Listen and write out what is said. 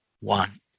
one